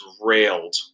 railed